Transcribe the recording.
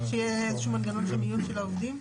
שיהיה איזשהו מנגנון של מיון של העובדים?